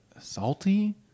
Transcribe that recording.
salty